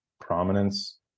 prominence